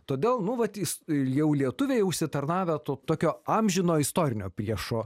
todėl nu vat is jau lietuviai užsitarnavę to tokio amžino istorinio priešo